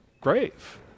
grave